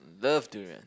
love durian